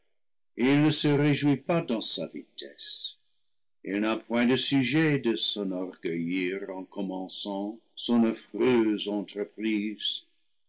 il ne se réjouit pas dans sa vitesse il n'a point de sujet de s'enorgueillir en commençant son affreuse entreprise